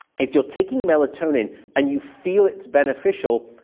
if you're taking melatonin and you feel it's beneficial,